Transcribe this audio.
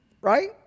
right